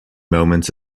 moments